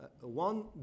One